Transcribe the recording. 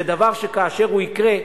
כאשר זה יקרה,